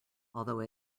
although